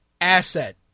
asset